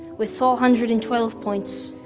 with four hundred and twelve points,